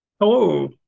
Hello